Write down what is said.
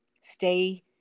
stay